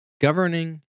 governing